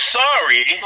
sorry